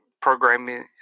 programming